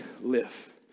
live